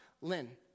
Lynn